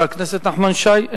חבר הכנסת נחמן שי,